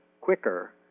quicker